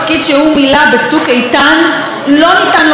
לא ניתנה לו מספיק התייחסות.